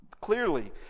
clearly